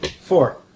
Four